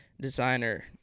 designer